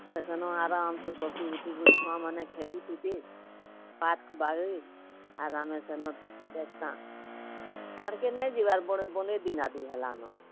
ହେଲେ ସେନ ଆରମ୍ସେ ବସି ଉଠିକରି ଛୁଆମାନେ ଖେଲୁଥିବେ ଆର ଆମେ ସେନ ଦେଖତା ସିଆଡ଼କେ ନାଇଁ ଯିବାର ବଡ଼ ବନେ ହେଲା ନ